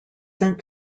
sent